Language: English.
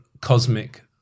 cosmic